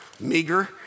Meager